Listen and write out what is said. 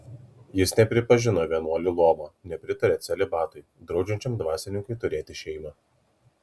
jis nepripažino vienuolių luomo nepritarė celibatui draudžiančiam dvasininkui turėti šeimą